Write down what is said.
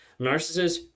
Narcissists